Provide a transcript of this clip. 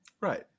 Right